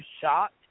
shocked